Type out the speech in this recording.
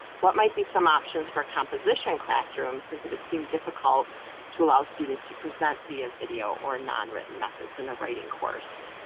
what might be some options for a composition classroom since it would seem difficult to allow students to present via video or non written methods in a writing course.